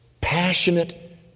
passionate